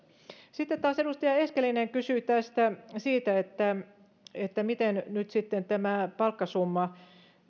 sitten taas edustaja eskelinen kysyi siitä miten nyt sitten tämä palkkasumma maksetaan